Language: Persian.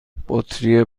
بطری